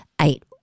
eight